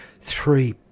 Three